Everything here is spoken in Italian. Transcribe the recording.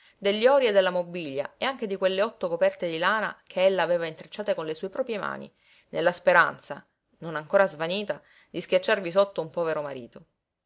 degli ori e della mobilia e anche di quelle otto coperte di lana che ella aveva intrecciate con le sue proprie mani nella speranza non ancora svanita di schiacciarvi sotto un povero marito